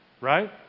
right